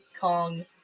Kong